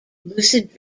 lucid